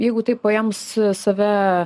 jeigu taip paėmus save